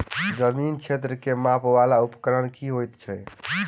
जमीन क्षेत्र केँ मापय वला उपकरण की होइत अछि?